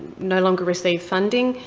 no longer received funding,